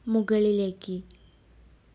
മുകളിലേക്ക്